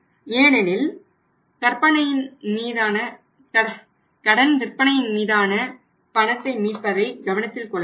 ஏனெனில் கடன் விற்பனையின் மீதான பணத்தை மீட்பதில் கவனம் கொள்ள வேண்டும்